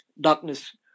darkness